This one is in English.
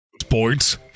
Sports